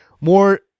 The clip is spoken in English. More